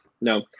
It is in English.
No